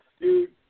Dude